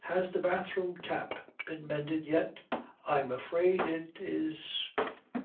has the bathroom tap been mended yet i'm afraid it is